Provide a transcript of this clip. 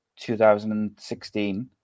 2016